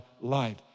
life